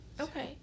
Okay